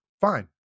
fine